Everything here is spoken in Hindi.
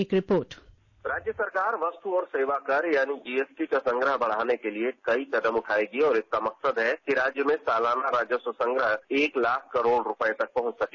एक रिपोर्ट राज्य सरकार वस्तु और सेवा कर यानी जीएसटी का संग्रह बढ़ाने के लिए कई कदम उठायेगी और इसका मकसद है कि राज्य में सालाना राजस्व संग्रह एक लाख करोड़ रुपये तक पहुंच सके